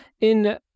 in-